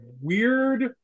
weird